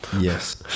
Yes